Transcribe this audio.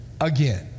again